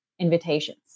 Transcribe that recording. invitations